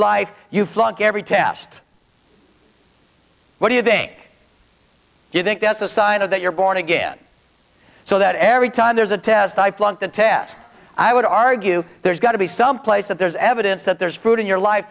life you flunk every test what do you think you think that's a sign of that you're born again so that every time there's a test i flunked the test i would argue there's got to be some place that there's evidence that there's fruit in your life